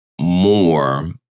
more